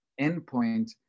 endpoint